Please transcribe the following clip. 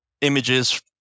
images